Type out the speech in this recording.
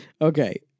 Okay